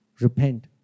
Repent